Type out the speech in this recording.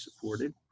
supported